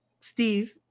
Steve